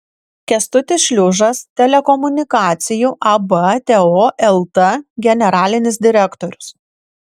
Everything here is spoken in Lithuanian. kęstutis šliužas telekomunikacijų ab teo lt generalinis direktorius